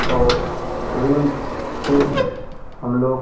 और ऋण सिर्फ हम लोग